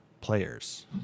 players